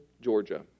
Georgia